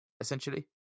essentially